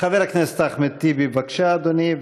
חבר הכנסת אחמד טיבי, בבקשה, אדוני.